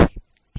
ठीक आहे